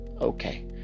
...okay